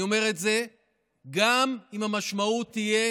אני אומר את זה גם אם המשמעות תהיה